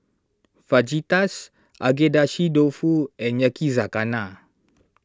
Fajitas Agedashi Dofu and Yakizakana